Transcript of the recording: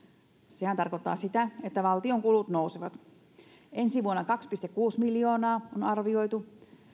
sehän tarkoittaa sitä että valtion kulut nousevat ensi vuonna kaksi pilkku kuusi miljoonaa on arvioitu